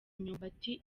imyumbati